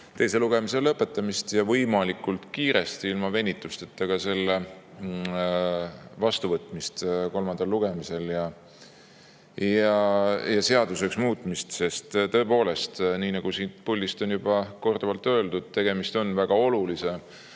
teise lugemise lõpetamist ning ka võimalikult kiiresti, ilma venitusteta selle vastuvõtmist kolmandal lugemisel ja seaduseks muutmist. Sest tõepoolest, nii nagu siit puldist on juba korduvalt öeldud, tegemist on väga olulise